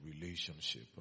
relationship